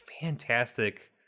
fantastic